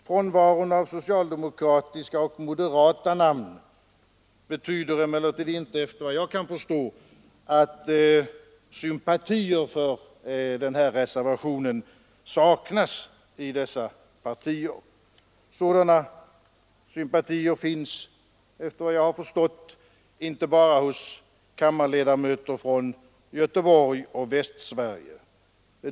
Frånvaron av socialdemokratiska och moderata namn bland reservanterna betyder emellertid inte, såvitt jag förstår, att sympatier för den här reservationen saknas i dessa partier. Sådana sympatier finns, efter vad jag har förstått, inte bara hos kammarledamöter från Göteborg och Västsverige.